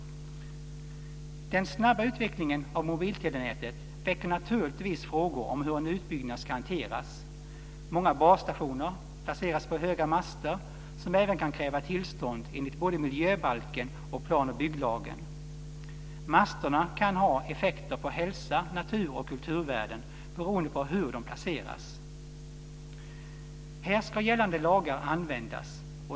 Den snabba utvecklingen av mobiltelenätet väcker naturligtvis frågor om hur en utbyggnad ska hanteras. Många basstationer placeras på höga master, som även kan kräva tillstånd enligt både miljöbalken och plan och bygglagen. Masterna kan ha effekter på hälsa och på natur och kulturvärden beroende på hur de placeras. Här ska gällande lagar användas.